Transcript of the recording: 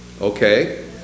Okay